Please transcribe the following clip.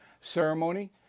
ceremony